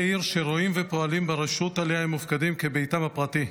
עיר שרואים ופועלים ברשות שעליה הם מופקדים כביתם הפרטי.